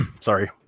Sorry